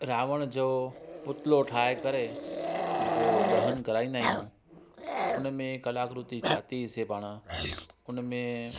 रावण जो पुतलो ठाहे करे जेको दहन कराईंदा आहियूं उनमें कलाकृति ठातीसीं पाण हुनमें